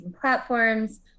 platforms